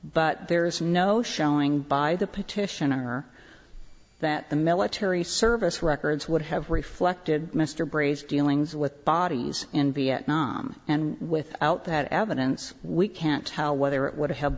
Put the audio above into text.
but there is no showing by the petitioner that the military service records would have reflected mr bray's dealings with bodies in vietnam and without that evidence we can't tell whether it would have